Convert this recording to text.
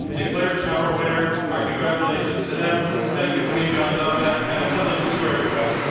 declared our winner. our congratulations to them. thank you from me, john donvan and intelligence squared u. s.